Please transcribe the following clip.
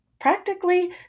practically